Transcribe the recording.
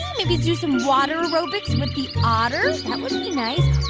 yeah maybe do some water aerobics with the otters. that would be nice. oh,